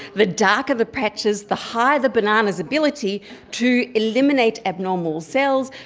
the darker the patches, the higher the banana's ability to eliminate abnormal cells,